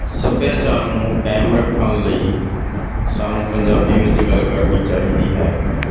ਸੱਭਿਆਚਾਰ ਨੂੰ ਕਾਇਮ ਰੱਖਣ ਲਈ ਸਾਨੂੰ ਪੰਜਾਬੀ ਵਿੱਚ ਗੱਲ ਕਰਨੀ ਚਾਹੀਦੀ ਹੈ